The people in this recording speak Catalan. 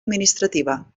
administrativa